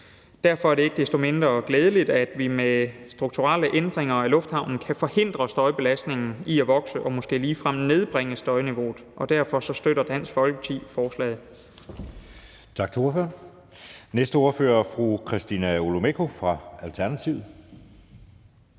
Derfor er det ikke desto mindre glædeligt, at vi med strukturelle ændringer af lufthavnen kan forhindre støjbelastningen i at vokse og måske ligefrem nedbringe støjniveauet. Derfor støtter Dansk Folkeparti forslaget.